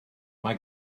mae